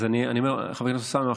חבר הכנסת אוסאמה,